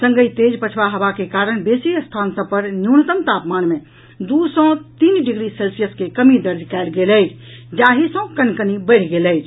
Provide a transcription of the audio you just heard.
संगहि तेज पछवा हवा के कारण बेसी स्थान सभ पर न्यूनतम तापमान मे दू सॅ तीन डिग्री सेल्सियस के कमी दर्ज कयल गेल अछि जाहि सॅ कनकनि बढ़ि गेल अछि